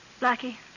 Blackie